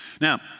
Now